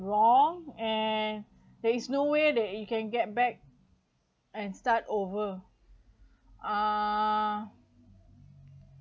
wrong and there is no way that you can get back and start over err